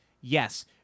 yes